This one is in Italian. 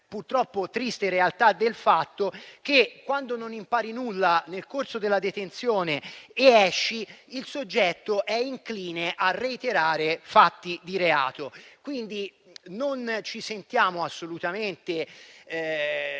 la triste realtà del fatto che, quando non impari nulla nel corso della detenzione ed esci, il soggetto è incline a reiterare fatti di reato. Quindi, non ci sentiamo assolutamente